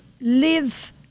live